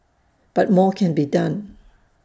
but more can be done